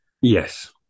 Yes